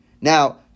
Now